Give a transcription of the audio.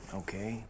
okay